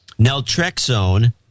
Naltrexone